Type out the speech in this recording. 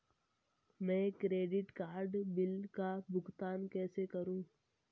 मैं credit card bill का भुगतान कैसे करूं?